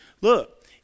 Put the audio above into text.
look